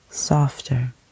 Softer